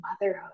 motherhood